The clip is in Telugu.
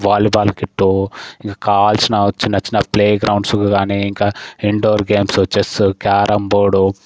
వాలీబాల్ కిట్టు కావలసిన చిన్న చిన్న ప్లే గ్రౌండ్సు కానీ ఇంకా indoor games chess carrom board